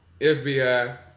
FBI